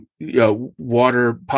water